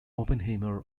oppenheimer